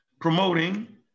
promoting